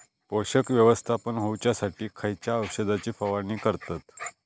पोषक व्यवस्थापन होऊच्यासाठी खयच्या औषधाची फवारणी करतत?